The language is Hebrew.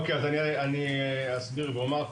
או-קיי אז אני אסביר ואומר.